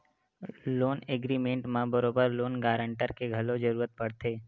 loan agreement म बरोबर loan guarantor के घलो जरुरत पड़थे